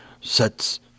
sets